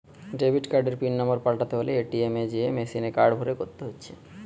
debit কার্ডের pin number পাল্টাতে হলে এ.টি.এম এ যেয়ে মেসিনে কার্ড ভরে করতে হচ্ছে